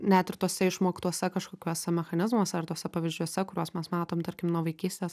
net ir tuose išmoktuose kažkokiuose mechanizmuose ar tuose pavyzdžiuose kuriuos mes matom tarkim nuo vaikystės